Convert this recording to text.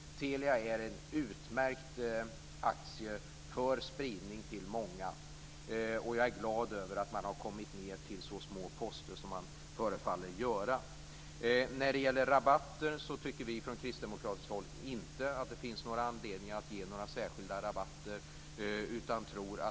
Telia är en utmärkt aktie för spridning till många, och jag är glad över att man har kommit ned till så små poster som man förefaller göra. Från kristdemokratiskt håll anser vi att det inte finns någon anledning att ge några särskilda rabatter.